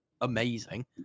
amazing